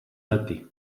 lety